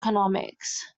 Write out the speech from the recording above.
economics